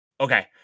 Okay